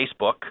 Facebook